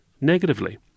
negatively